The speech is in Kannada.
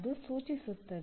ಅದು ಸೂಚಿಸುತ್ತದೆ